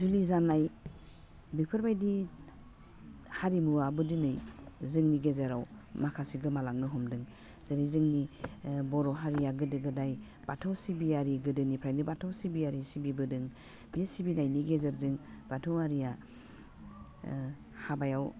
जुलि जानाय बेफोरबायदि हारिमुवाबो दिनै जोंनि गेजेराव माखासे गोमालांनो हमदों जेरै जोंनि बर' हारिया गोदो गोदाय बाथौ सिबियारि गोदोनिफ्रायनो बाथौ सिबियारि सिबिबोदों बे सिबिनायनि गेजेरजों बाथौवारिया हाबायाव